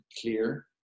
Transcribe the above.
clear